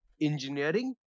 engineering